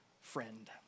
friend